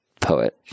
poet